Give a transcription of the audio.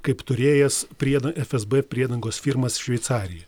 kaip turėjęs pried fsb priedangos firmas šveicarijoj